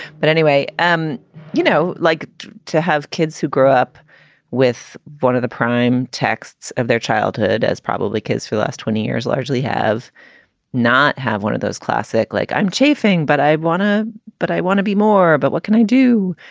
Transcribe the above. but anyway, um you know, like to have kids who grew up with one of the prime texts of their childhood as probably kids for last twenty years largely have not have one of those classic like i'm chafing. but i want to but i want to be more. but what can i do?